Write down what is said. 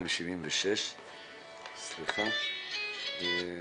1,276. סתם